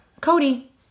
Cody